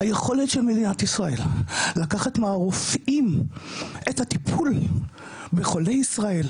היכולת של מדינת ישראל לקחת מהרופאים את הטיפול בחולי ישראל,